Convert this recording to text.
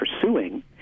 pursuing